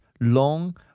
long